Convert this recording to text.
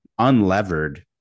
unlevered